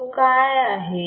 तो काय आहे